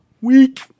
Weak